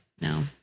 No